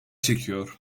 çekiyor